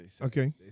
okay